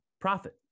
profit